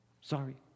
Sorry